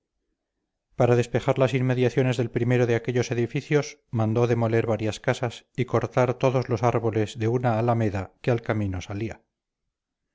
para despejar las inmediaciones del primero de aquellos edificios mandó demoler varias casas y cortar todos los árboles de una alameda que al camino salía